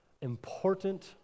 important